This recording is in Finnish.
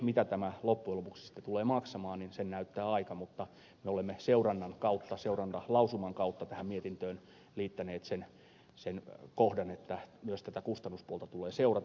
mitä tämä loppujen lopuksi sitten tulee maksamaan sen näyttää aika mutta me olemme seurannan kautta seurantalausuman kautta tähän mietintöön liittäneet sen kohdan että myös tätä kustannuspuolta tulee seurata